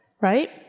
right